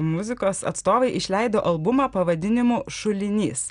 muzikos atstovai išleido albumą pavadinimu šulinys